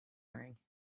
wearing